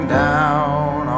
down